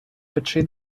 печи